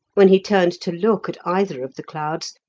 when he turned to look at either of the clouds,